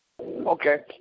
Okay